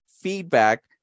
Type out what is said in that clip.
feedback